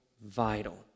vital